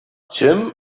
jim